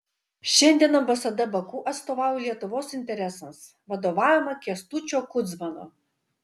šiandien ambasada baku atstovauja lietuvos interesams vadovaujama kęstučio kudzmano